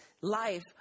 life